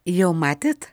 jau matėt